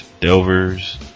Delvers